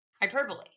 hyperbole